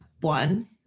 one